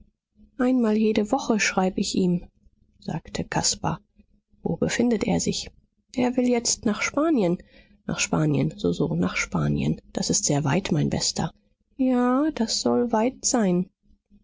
einmal jede woche schreib ich ihm sagte caspar wo befindet er sich er will jetzt nach spanien nach spanien soso nach spanien das ist sehr weit mein bester ja das soll weit sein